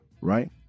right